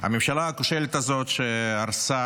הממשלה הכושלת הזאת, שהרסה